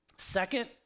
Second